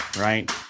right